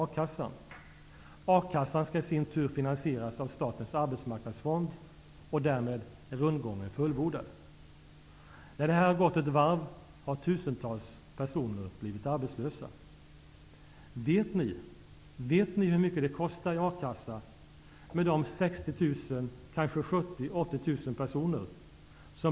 Jag kan försäkra er om att vi alltid kommer att bekämpa arbetslösheten -- och vi kommer att bekämpa föreställningen om att man skall vänja sig vid arbetslösheten. Därför är det nödvändigt att den ekonomiska politiken får en ny inriktning.